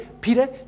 Peter